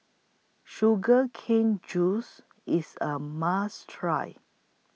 Sugar Cane Juice IS A must Try